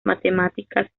matemáticas